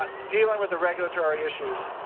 but dealing with the regulatory issues.